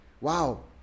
wow